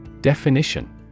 Definition